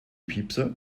piepser